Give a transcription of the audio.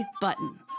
Button